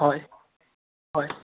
হয় হয়